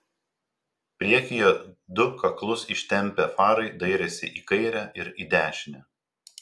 priekyje du kaklus ištempę farai dairėsi į kairę ir į dešinę